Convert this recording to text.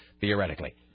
theoretically